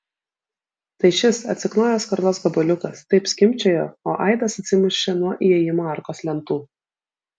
tai šis atsiknojęs skardos gabaliukas taip skimbčiojo o aidas atsimušė nuo įėjimo arkos lentų